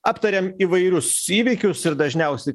aptarėm įvairius įvykius ir dažniausiai